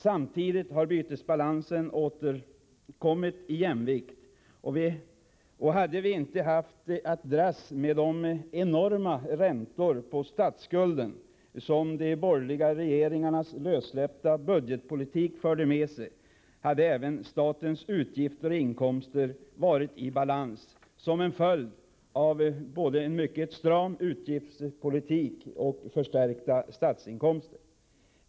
Samtidigt har bytesbalansen åter kommit i jämvikt, och om vi inte haft att dras med de enorma räntor på statsskulden som de borgerliga regeringarnas lössläppta budgetpolitik förde med sig, hade även statens utgifter och inkomster varit i balans som en följd av både en mycket stram utgiftspolitik och förstärkta statsinkomster.